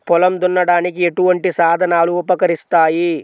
పొలం దున్నడానికి ఎటువంటి సాధనాలు ఉపకరిస్తాయి?